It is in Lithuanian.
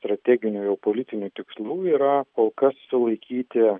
strateginių jau politinių tikslų yra kol kas sulaikyti